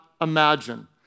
imagine